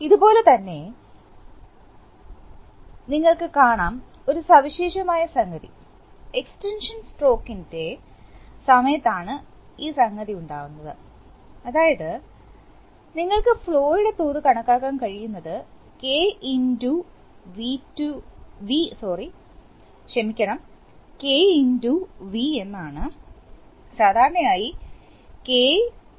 ഇതുപോലെതന്നെ എന്നെ നിങ്ങൾക്ക് കാണാം ഒരു വിശേഷമായ സംഗതി എക്സ്റ്റൻഷൻ സ്ട്രോക്കിനെ സമയത്താണ് ആണ് ഈ സംഗതി ഉണ്ടാവുന്നത് അ അതായത് അത് നിങ്ങൾക്ക് ഫ്ലോയുടെ തോത് കാണാൻ കഴിയുന്നത് K x V എന്നാണ് സാധാരണയായി K1 ആണ്